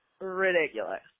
ridiculous